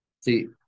See